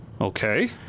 Okay